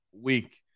week